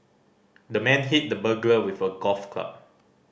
the man hit the burglar with a golf club